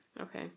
Okay